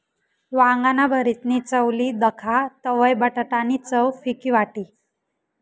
वांगाना भरीतनी चव ली दखा तवयं बटाटा नी चव फिकी वाटी